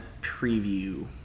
preview